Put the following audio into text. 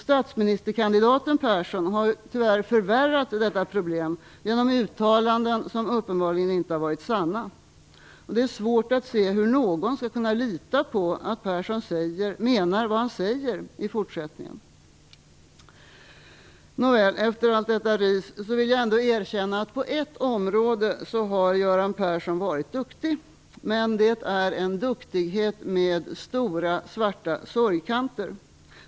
Statsministerkandidaten Persson har tyvärr förvärrat detta problem genom uttalanden som uppenbarligen inte har varit sanna. Det är svårt att se hur någon skall kunna lita på att Persson menar vad han säger i fortsättningen. Nåväl, efter allt detta ris vill jag ändå erkänna att Göran Persson har varit duktig på ett område. Men det är en duktighet med stora svarta sorgkanter.